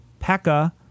pekka